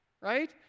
right